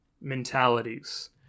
mentalities